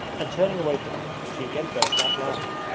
and turning away from him she again burst out laughing.